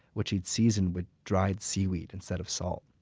which he'd seasoned with dried seaweed instead of salt.